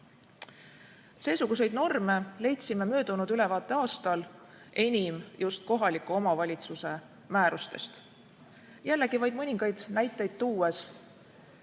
Seesuguseid norme leidsime möödunud ülevaateaastal enim just kohaliku omavalitsuse määrustest. Jällegi vaid mõningaid näiteid tuues,